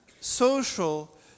social